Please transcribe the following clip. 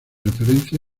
referencia